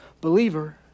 believer